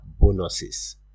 bonuses